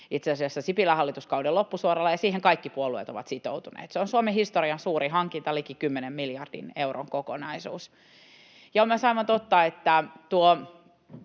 itse asiassa Sipilän hallituskauden loppusuoralla, ja siihen kaikki puolueet ovat sitoutuneet. Se on Suomen historian suurin hankinta, liki 10 miljardin euron kokonaisuus. Ja on myös aivan totta, että koronan